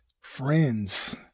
friends